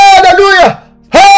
Hallelujah